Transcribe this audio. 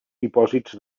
dipòsits